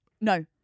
No